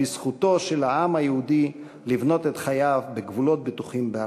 בזכותו של העם היהודי לבנות את חייו בגבולות בטוחים בארצו.